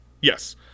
Yes